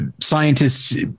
scientists